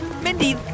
Mindy